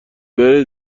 بره